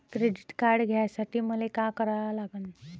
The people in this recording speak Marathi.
क्रेडिट कार्ड घ्यासाठी मले का करा लागन?